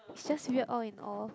is just weird all in all